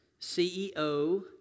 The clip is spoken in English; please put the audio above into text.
CEO